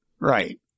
Right